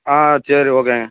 ஆ சரி ஓகேங்க